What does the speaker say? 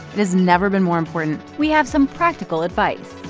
it has never been more important we have some practical advice